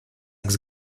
saxe